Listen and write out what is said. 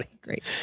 Great